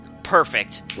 Perfect